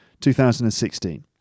2016